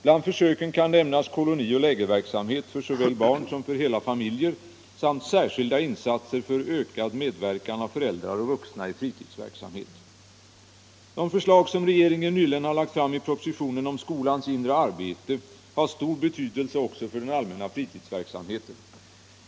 Bland försöken kan nämnas kolonioch lägerverksamhet såväl för barn som för hela familjer samt särskilda insatser för ökad medverkan av föräldrar och vuxna i fritidsverksamhet. De förslag som regeringen nyligen har lagt fram i propositionen om skolans inre arbete har stor betydelse också för den allmänna fritidsverksamheten.